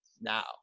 now